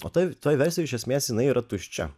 o tai toj versijoj iš esmės jinai yra tuščia